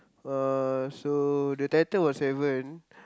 uh so the title was seven